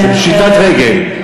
זה פשיטת רגל.